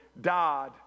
died